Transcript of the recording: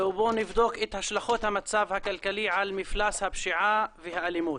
ובו נבדוק את השלכות המצב הכלכלי על מפלס הפשיעה והאלימות.